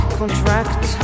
contract